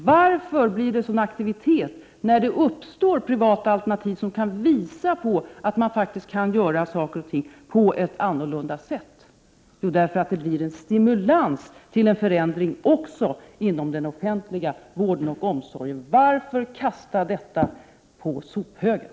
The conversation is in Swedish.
Varför blir det sådan aktivitet när det uppstår privata alternativ, som kan visa att det går att göra saker och ting på ett annorlunda sätt? Jo, därför att det blir en stimulans till en förändring också inom den offentliga vården och omsorgen. Varför kasta detta på sophögen?